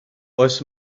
oes